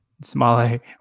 smaller